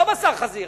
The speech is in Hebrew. לא בשר חזיר,